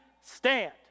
stand